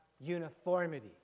uniformity